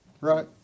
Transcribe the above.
right